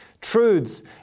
truths